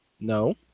No